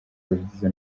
paradizo